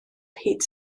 hyd